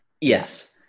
yes